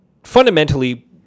Fundamentally